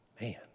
Man